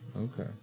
Okay